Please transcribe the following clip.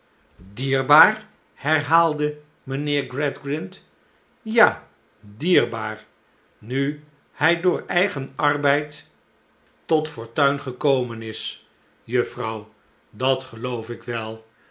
dierbaar herhaalde mijnheer gradgrind ja dierbaar nu hij door eigen arbeid tot fortuin gekomen is juffrouw dat geloof ik wel